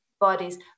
bodies